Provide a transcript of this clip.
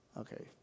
Okay